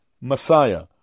Messiah